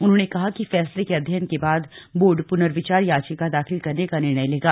उन्होंने कहा कि फैसले के अध्ययन के बाद बोर्ड पुनर्विचार याचिका दाखिल करने का निर्णय लेगा